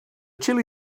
chilli